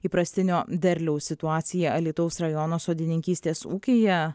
įprastinio derliaus situaciją alytaus rajono sodininkystės ūkyje